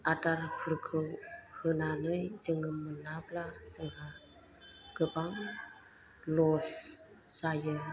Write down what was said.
आदारफोरखौ होनानै जों मोनाब्ला जोंहा गोबां लस जायो